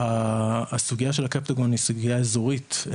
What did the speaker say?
הסוגיה של הקפטגון זו סוגיה אזורית.